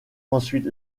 ensuite